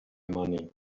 money